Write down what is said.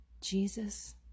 Jesus